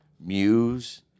Muse